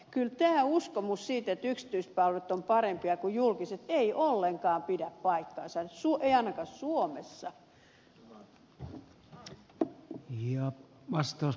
kyllä tämä uskomus siitä että yksityispalvelut ovat parempia kuin julkiset ei ollenkaan pidä paikkaansa ei ainakaan suomessa